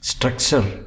Structure